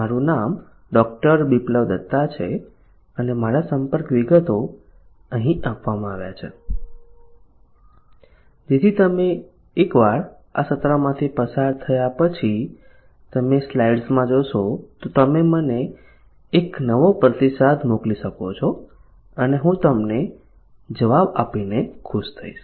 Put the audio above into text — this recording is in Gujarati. મારું નામ ડો બિપ્લબ દત્તા છે અને મારા સંપર્કો અહીં આપવામાં આવ્યા છે જેથી એકવાર તમે આ સત્રમાંથી પસાર થયા પછી તમે સ્લાઇડ્સમાં જોશો તો તમે મને એક નવો પ્રતિસાદ મોકલી શકો છો અને હું તેમને જવાબ આપીને ખુશ થઈશ